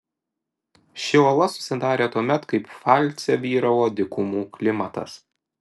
ši uola susidarė tuomet kai pfalce vyravo dykumų klimatas